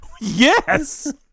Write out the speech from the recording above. Yes